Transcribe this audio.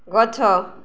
ଗଛ